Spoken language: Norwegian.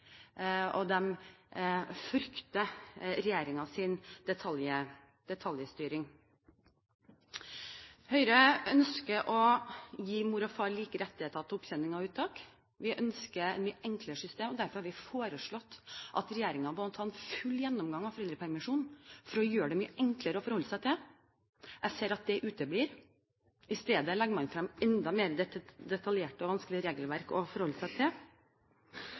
og de frykter regjeringens detaljstyring. Høyre ønsker å gi mor og far like rettigheter til opptjening av uttak. Vi ønsker et mye enklere system, og derfor har vi foreslått at regjeringen må ta en full gjennomgang av foreldrepermisjonen for å gjøre den mye enklere å forholde seg til. Jeg ser at det uteblir. I stedet legger man frem enda mer detaljerte og vanskelige regelverk å forholde seg til.